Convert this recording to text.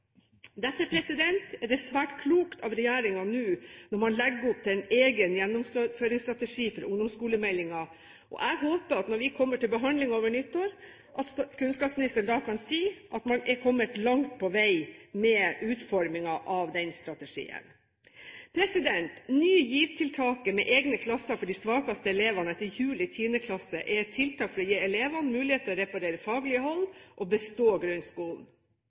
er det svært klokt at regjeringen nå legger opp til en egen gjennomføringsstrategi for ungdomsskolemeldingen. Jeg håper at når vi kommer til behandlingen av den over nyttår, kan kunnskapsministeren si at man er kommet langt på vei med utformingen av den strategien. Ny GIV-tiltaket med egne klasser for de svakeste elevene etter jul i 10. klasse er tiltak for å gi elevene mulighet til å reparere faglige hull og bestå grunnskolen.